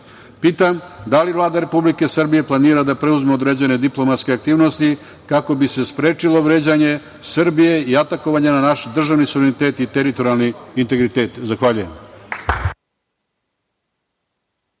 pitam da li Vlada Republike Srbije planira da preduzme određene diplomatske aktivnosti kako bi se sprečilo vređanje Srbije i atakovanje na naš državni suverenitet i teritorijalni integritet. Zahvaljujem.